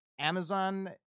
Amazon